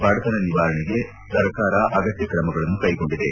ಬಡತನ ನಿವಾರಣೆಗೆ ಸರ್ಕಾರ ಅಗತ್ಯ ಕ್ರಮಗಳನ್ನು ಕೈಗೊಂಡಿದೆ